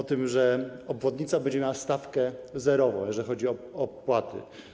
o tym, że obwodnica będzie miała stawkę zerową, jeżeli chodzi o opłaty.